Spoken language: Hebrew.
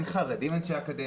אין חרדים אנשי אקדמיה?